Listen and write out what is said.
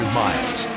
miles